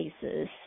cases